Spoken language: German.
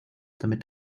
damit